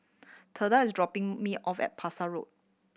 Theda is dropping me off at Parsi Road